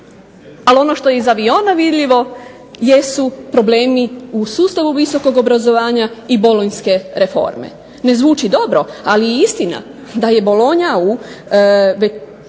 ali ono što je iz aviona vidljivo jesu problemi u sustavu visokog obrazovanja i Bolonjske reforme. Ne zvuči dobro, ali je istina da je Bolonja većinom